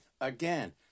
Again